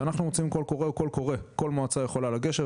כל מועצה יכולה לגשת,